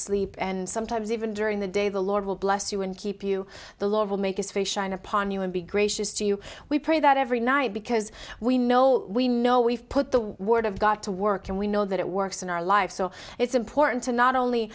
sleep and sometimes even during the day the lord will bless you and keep you the lord will make his face shine upon you and be gracious to you we pray that every night because we know we know we've put the word of god to work and we know that it works in our lives so it's important to not only